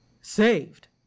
Saved